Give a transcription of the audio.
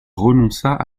renonça